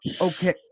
okay